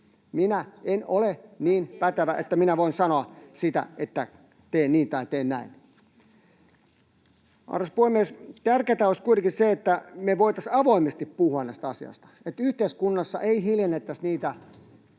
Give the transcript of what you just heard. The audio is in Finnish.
Minä en ole niin pätevä, että minä voin sanoa, että tee niin tai tee näin. Arvoisa puhemies! Tärkeätä olisi kuitenkin se, että me voitaisiin avoimesti puhua näistä asioista eikä yhteiskunnassa hiljennettäisi niitä